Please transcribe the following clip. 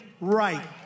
right